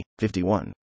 51